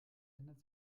ändert